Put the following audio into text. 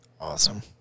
Awesome